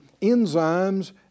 enzymes